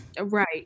Right